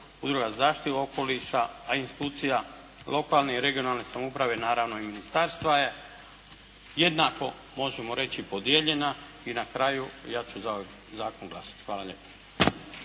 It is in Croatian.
udruga o zaštiti okoliša, a institucija lokalne i regionalne samouprave naravno i ministarstva je jednako možemo reći podijeljena. I na kraju ja ću za ovaj zakon glasovati. Hvala lijepa.